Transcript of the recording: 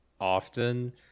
often